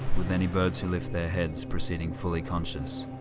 with any birds who lift their heads proceeding fully conscious